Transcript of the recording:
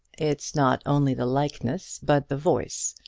it's not only the likeness, but the voice.